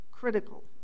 critical